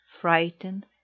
frightened